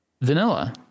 vanilla